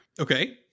Okay